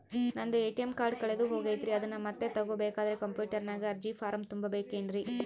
ನಂದು ATM card ಕಳೆದು ಹೋಗೈತ್ರಿ ಅದನ್ನು ಮತ್ತೆ ತಗೋಬೇಕಾದರೆ ಕಂಪ್ಯೂಟರ್ ನಾಗ ಅರ್ಜಿ ಫಾರಂ ತುಂಬಬೇಕನ್ರಿ?